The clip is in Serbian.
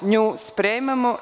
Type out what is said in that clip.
Nju spremamo.